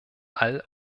all